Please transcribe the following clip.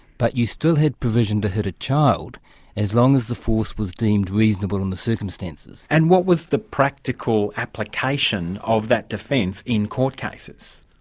but you still had provision to hit a child as long as the force was deemed reasonable in the circumstances. and what was the practical application of that defence in court cases?